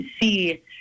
see